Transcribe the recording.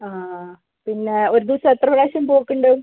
ആ പിന്നെ ഒരു ദിവസം എത്ര പ്രാവശ്യം പോക്കുണ്ട്